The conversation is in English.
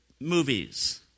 movies